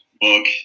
Book